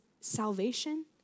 salvation